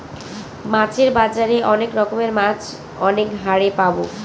মাছের বাজারে অনেক রকমের মাছ অনেক হারে পাবো